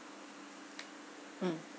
mm